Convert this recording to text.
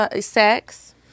Sex